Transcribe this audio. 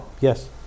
yes